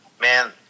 man